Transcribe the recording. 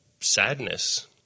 sadness